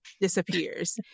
disappears